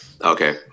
Okay